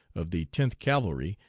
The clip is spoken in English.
of the tenth cavalry,